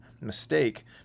mistake